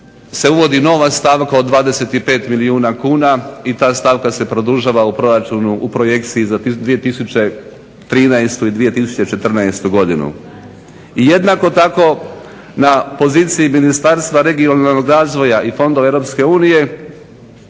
se uvodi nova stavka od 25 milijuna kuna i ta stavka se produžava u proračunu u projekciji za 2013. I 2014.godinu. i jednako tako na poziciji Ministarstva regionalnog razvoja i Fonda EU